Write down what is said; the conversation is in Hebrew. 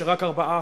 שרק 4%,